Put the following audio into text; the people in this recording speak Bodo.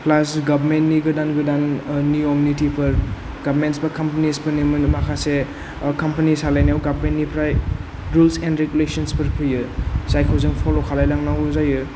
प्लास गभमेन्ट नि गोदान गोदान नियम निथिफोर गभमेन्स फोर कम्पानिस फोरनो माने माखासे कम्पानि सालायनायाव गभमेन्त निफ्राय रुल्स एन्ड रेगुलेसन्सफोर फैयो जायखौ जों फल' खालायलांनांगौ जायो